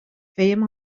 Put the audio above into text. fèiem